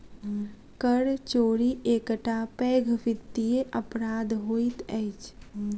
कर चोरी एकटा पैघ वित्तीय अपराध होइत अछि